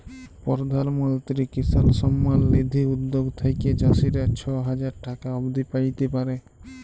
পরধাল মলত্রি কিসাল সম্মাল লিধি উদ্যগ থ্যাইকে চাষীরা ছ হাজার টাকা অব্দি প্যাইতে পারে